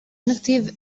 inactive